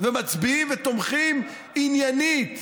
ומצביעים ותומכים עניינית,